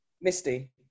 Misty